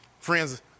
Friends